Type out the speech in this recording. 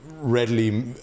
readily